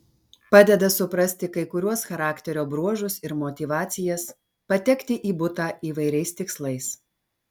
padeda suprasti kai kuriuos charakterio bruožus ir motyvacijas patekti į butą įvairiais tikslais